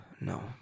no